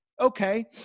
Okay